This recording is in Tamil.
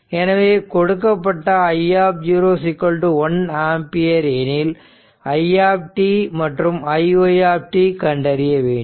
எனவே கொடுக்கப்பட்ட i 1 ஆம்பியர் எனில் i மற்றும் iy கண்டறிய வேண்டும்